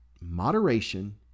moderation